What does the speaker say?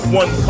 one